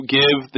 give